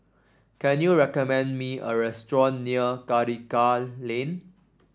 can you recommend me a restaurant near Karikal Lane